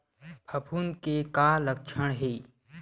फफूंद के का लक्षण हे?